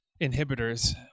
inhibitors